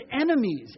enemies